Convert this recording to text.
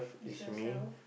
is yourself